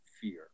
fear